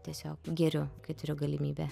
tiesiog geriu kai turiu galimybę